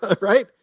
right